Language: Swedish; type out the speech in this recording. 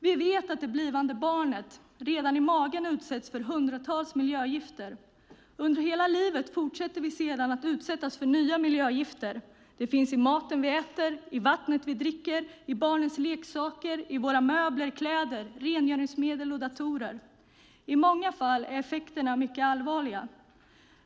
Vi vet att det blivande barnet redan i magen utsätts för hundratals miljögifter, och under hela livet fortsätter vi sedan att utsättas för nya miljögifter. De finns i maten vi äter, i vattnet vi dricker, i barnets leksaker och i våra möbler, kläder, rengöringsmedel och datorer. I många fall är effekterna mycket allvarliga.